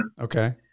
Okay